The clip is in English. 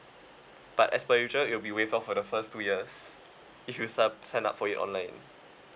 but as per usual it'll be waived off for the first two years if you sub~ sign up for it online